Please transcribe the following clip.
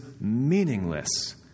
meaningless